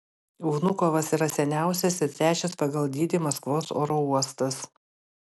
vnukovas yra seniausias ir trečias pagal dydį maskvos oro uostas